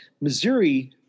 Missouri